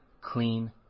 clean